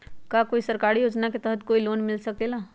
का कोई सरकारी योजना के तहत कोई मशीन मिल सकेला?